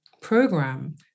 program